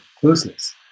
closeness